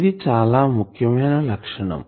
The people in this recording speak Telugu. ఇది చాలా ముఖ్యమైన లక్షణం